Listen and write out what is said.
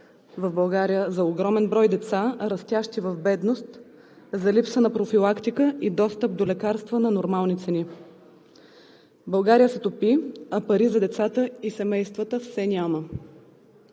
в България, за огромен брой деца, растящи в бедност, за липса на профилактика и достъп до лекарства на нормални цени. България се топи, а пари за децата и семействата все няма.